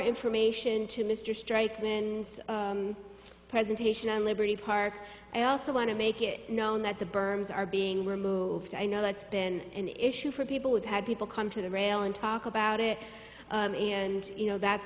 information to mr strike when presentation and liberty park i also want to make it known that the berms are being removed i know that's been an issue for people with had people come to the rail and talk about it and you know that